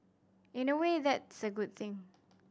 in a way that's a good thing